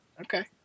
Okay